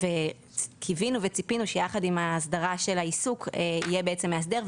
קיווינו וציפינו שיחס עם האסדרה של העיסוק- יהיה מאסדר,